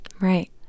right